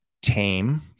tame